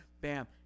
BAM